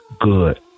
good